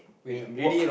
in work